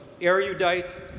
erudite